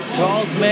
Charles